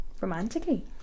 romantically